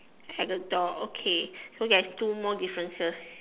at the door okay so there is two more differences